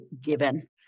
given